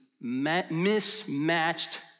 mismatched